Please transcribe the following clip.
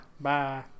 bye